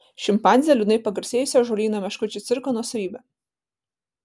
šimpanzė liūdnai pagarsėjusio ąžuolyno meškučių cirko nuosavybė